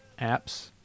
apps